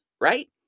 right